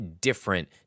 different